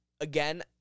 again